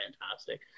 fantastic